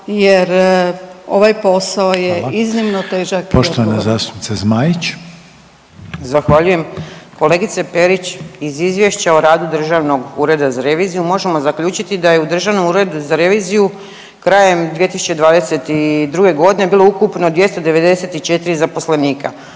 Poštovana zastupnica Zmaić. **Zmaić, Ankica (HDZ)** Zahvaljujem. Kolegice Perić, iz Izvješća o radu Državnog ureda za reviziju možemo zaključiti da je u Državnom uredu za reviziju krajem 2022. godine bilo ukupno 294 zaposlenika,